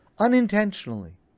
unintentionally